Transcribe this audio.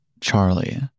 Charlie